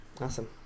Awesome